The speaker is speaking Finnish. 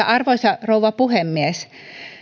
arvoisa rouva puhemies